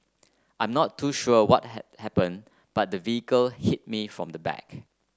I'm not too sure what had happened but the vehicle hit me from the back